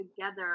together